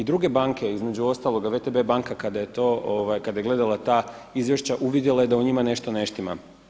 I druge banke, između ostaloga VTB banka je kada je gledala ta izvješća uvidjela je da u njima nešto ne štima.